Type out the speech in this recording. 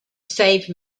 save